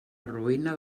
ruïna